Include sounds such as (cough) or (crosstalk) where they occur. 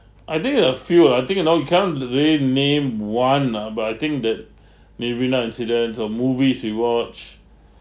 I think a few ah I think uh no you cannot lay name one nah but I think that (breath) marina incident or movies you watch